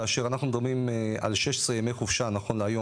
כאשר אנחנו מדברים על 16 ימי חופשה ברוטו